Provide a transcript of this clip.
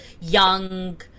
young